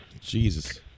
Jesus